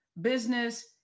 business